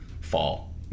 fall